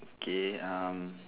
okay um